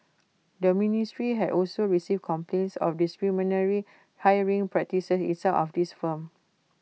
the ministry had also received complaints of discriminatory hiring practices in some of these firms